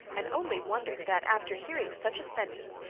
and only wondered that after hearing such a sentence,